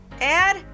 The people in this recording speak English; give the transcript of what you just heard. Add